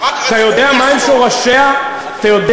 תמיד